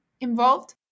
involved